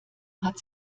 hat